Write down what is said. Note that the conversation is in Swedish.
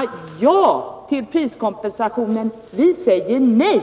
säger ja till priskompensationen. Vi säger nej.